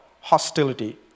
hostility